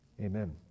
amen